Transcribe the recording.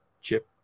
Chip